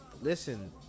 listen